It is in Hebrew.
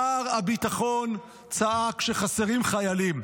שר הביטחון צעק שחסרים חיילים.